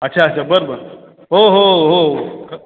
अच्छा अच्छा बरं बरं हो हो हो